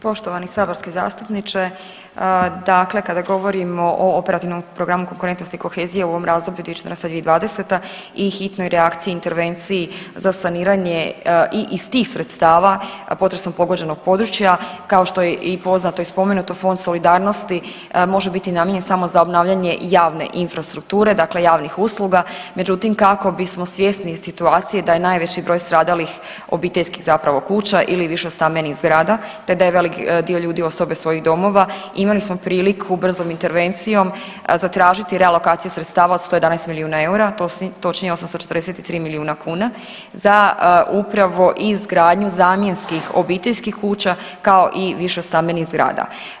Poštovani saborski zastupniče, dakle kada govorimo o operativnom programu konkurentnost i kohezija u ovom razdoblju 2014.-2020. i hitnoj reakciji intervenciji za saniranje i iz tih sredstava potresom pogođenog područja kao što je i poznato i spomenuto Fond solidarnosti može biti namijenjen samo za obnavljanje javne infrastrukture, dakle javnih usluga, međutim kako bismo svjesni situacije da je najveći broj stradalih obiteljskih zapravo kuća ili višestambenih zgrada te da je veliki dio ljudi ostao bez svojih domova imali smo priliku brzom intervencijom zatražiti realokacije sredstava od 111 milijuna eura točnije 843 milijuna kuna za upravo izgradnju zamjenskih obiteljskih kuća kao i višestambenih zgrada.